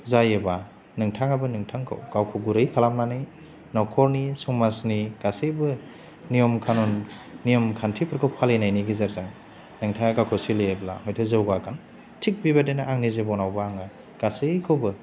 जायोबा नोंथाङाबो नोंथांखौ गावखौ गुरै खालामनानै नखरनि समाजनि गासैबो नियम खानुन नियम खान्थिफोरखौ फालिनायनि गेजेरजों नोंथाङा गावखौ सोलियोब्ला हयथ' जौगागोन थिक बेबायदिनो आंनि जिब'नावबो आङो गासैखौबो